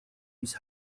his